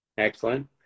Excellent